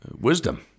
wisdom